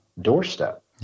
doorstep